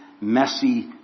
messy